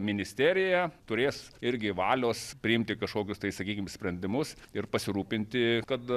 ministerija turės irgi valios priimti kažkokius tai sakykim sprendimus ir pasirūpinti kad